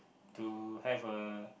to have a